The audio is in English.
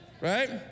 Right